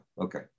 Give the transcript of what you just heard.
okay